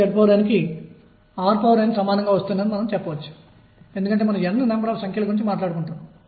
కాబట్టి A A pdx A A 2mE m22x2 dx కి సమానం అవుతుంది